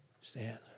Stand